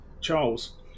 Charles